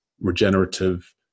regenerative